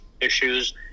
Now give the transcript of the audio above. issues